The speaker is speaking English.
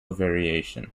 variation